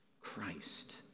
Christ